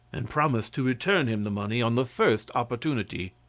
and promised to return him the money on the first opportunity.